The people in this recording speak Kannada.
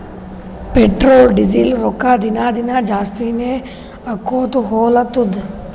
ಪೆಟ್ರೋಲ್, ಡೀಸೆಲ್ದು ರೊಕ್ಕಾ ದಿನಾ ದಿನಾ ಜಾಸ್ತಿನೇ ಆಕೊತ್ತು ಹೊಲತ್ತುದ್